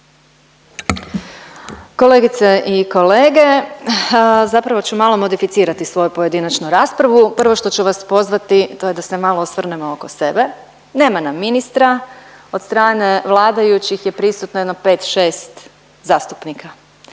Kolegice i kolege, zapravo ću malo modificirati svoju pojedinačnu raspravu. Prvo što ću vas pozvati to je da se malo osvrnemo oko sebe, nema nam ministra, od strane vladajućih je prisutno 5-6 zastupnika,